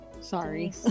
Sorry